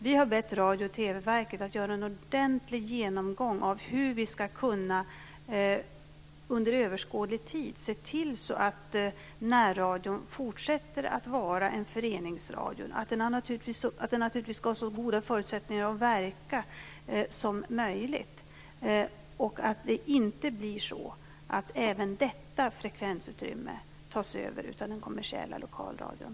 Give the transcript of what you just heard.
Vi har bett Radio och TV-verket att göra en ordentlig genomgång av hur vi under överskådlig tid ska kunna se till att närradion fortsätter att vara en föreningsradio. Den ska naturligtvis ha så goda förutsättningar att verka som möjligt. Det får inte bli så att även detta frekvensutrymme tas över av den kommersiella lokalradion.